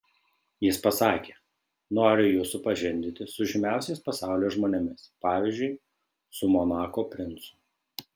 jis pasakė noriu jus supažindinti su žymiausiais pasaulio žmonėmis pavyzdžiui su monako princu